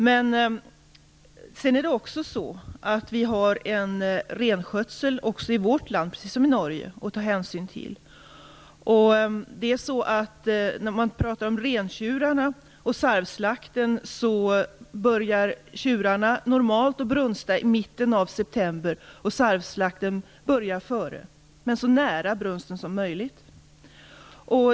Det är också så att vi i vårt land, precis som i Norge, har en renskötsel att ta hänsyn till. Rentjurarna börjar normalt brunsta i mitten av september. Sarvslakten börjar dessförinnan, men ändå så nära brunsten som möjligt.